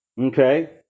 Okay